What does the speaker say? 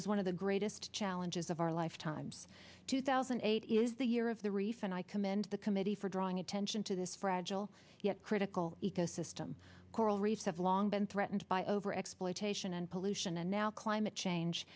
is one of the greatest challenges of our lifetimes two thousand and eight is the year of the reef and i commend the committee for drawing attention to this fragile yet critical ecosystem coral reefs have long been threatened by over exploitation and pollution and now climate change